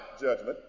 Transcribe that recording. judgment